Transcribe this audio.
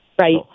Right